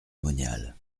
monial